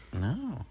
No